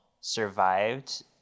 survived